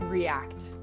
react